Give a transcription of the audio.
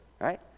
right